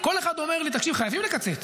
כל אחד אומר לי: תקשיב, חייבים לקצץ,